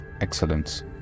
excellence